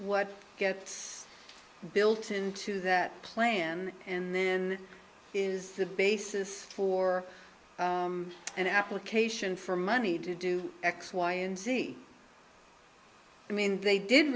what gets built into that plan and then is the basis for an application for money to do x y and z i mean they did